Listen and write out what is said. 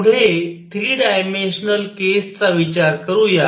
पुढे 3 डायमेंशनल केसचा विचार करूया